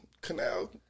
canal